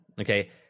okay